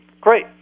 Great